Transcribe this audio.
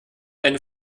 eine